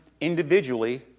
individually